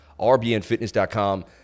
rbnfitness.com